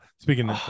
Speaking